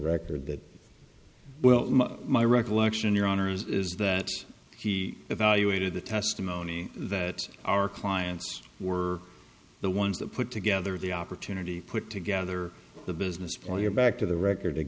record that well my recollection your honor is that he evaluated the testimony that our clients were the ones that put together the opportunity put together the business plan you're back to the record